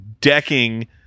decking